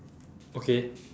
okay